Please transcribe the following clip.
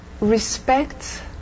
respect